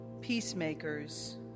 peacemakers